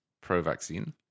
pro-vaccine